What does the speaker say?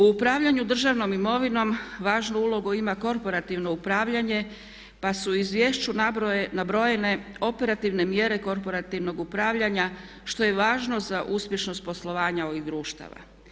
U upravljanju državnom imovinom važnu ulogu ima korporativno upravljanje pa su u izvješću nabrojene operativne mjere korporativnog upravljanja što je važno za uspješnost poslovanja ovih društava.